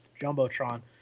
Jumbotron